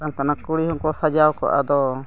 ᱢᱮᱛᱟᱢ ᱠᱟᱱᱟ ᱠᱩᱲᱤ ᱦᱚᱸᱠᱚ ᱥᱟᱡᱟᱣ ᱠᱚᱜᱼᱟ ᱫᱚ